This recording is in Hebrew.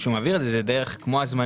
כשהוא מעביר את זה זה כמו הזמנות,